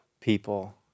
people